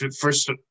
first